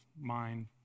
mind